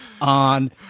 on